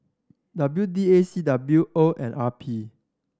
W D A C W O and R P